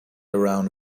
around